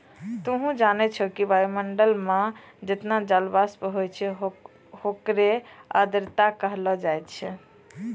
तोहं जानै छौ कि वायुमंडल मं जतना जलवाष्प होय छै होकरे आर्द्रता कहलो जाय छै